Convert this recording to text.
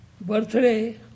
birthday